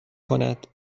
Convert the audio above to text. کند